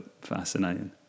fascinating